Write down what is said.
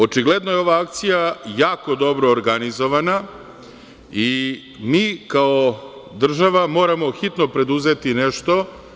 Očigledno je ova akcija jako dobro organizovana i mi, kao država, moramo hitno preduzeti nešto.